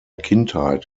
kindheit